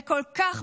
וכל כך,